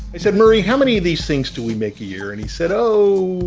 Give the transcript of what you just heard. i said, murray, how many of these things do we make a year? and he said, oh,